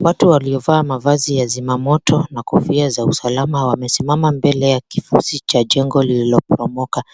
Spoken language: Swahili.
Watu waliofaa mavazi ya zimamoto na kofia za usalama wamesimama mbele ya kifusi cha jengo lililoporomoka.